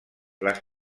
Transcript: les